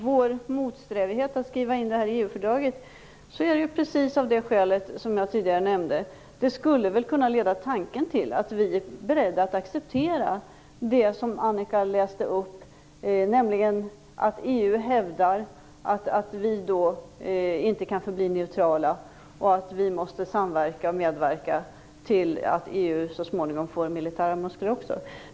Vår motsträvighet att skriva in det Annika Nordgren talar om i EU-fördraget beror på precis det som jag nämnde tidigare: Det skulle kunna leda tanken till att vi är beredda att acceptera det som Annika Nordgren anförde, nämligen att EU hävdar att vi inte kan förbli neutrala och att vi måste samverka och medverka till att EU så småningom får militära muskler också.